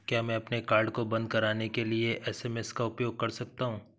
क्या मैं अपने कार्ड को बंद कराने के लिए एस.एम.एस का उपयोग कर सकता हूँ?